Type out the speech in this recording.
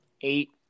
Eight